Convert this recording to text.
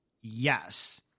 yes